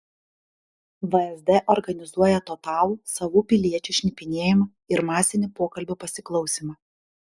vsd organizuoja totalų savų piliečių šnipinėjimą ir masinį pokalbių pasiklausymą